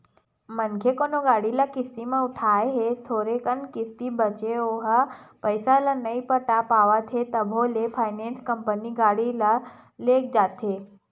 मनखे कोनो गाड़ी ल किस्ती म उठाय हे थोरे कन किस्ती बचें ओहा पइसा ल नइ पटा पावत हे तभो ले फायनेंस कंपनी गाड़ी ल लेग जाथे